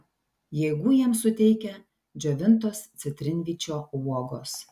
jėgų jiems suteikia džiovintos citrinvyčio uogos